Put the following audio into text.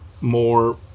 more